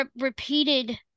repeated